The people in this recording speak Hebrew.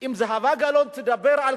אם זהבה גלאון תדבר על